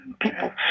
People